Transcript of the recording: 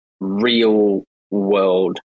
real-world